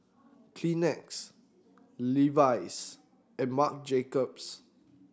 Kleenex Levi's and Marc Jacobs